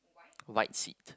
white seat